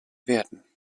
werden